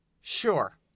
Sure